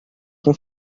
com